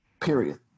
period